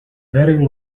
very